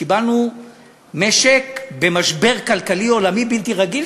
כשקיבלנו משק במשבר כלכלי עולמי בלתי רגיל,